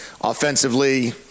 Offensively